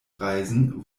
reisen